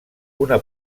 una